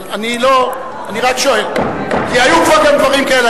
אני רק שואל, כי היו כבר גם דברים כאלה.